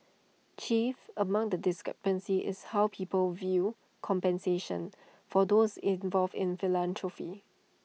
chief among the discrepancies is how people view compensation for those involved in philanthropy